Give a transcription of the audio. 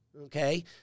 okay